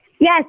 Yes